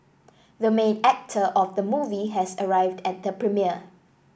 the main actor of the movie has arrived at the premiere